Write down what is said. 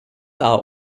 are